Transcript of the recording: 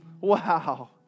Wow